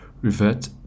Revert